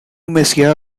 messiah